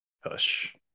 Hush